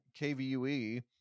KVUE